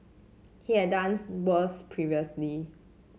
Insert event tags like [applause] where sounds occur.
he had done [unintelligible] worse previously